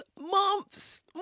months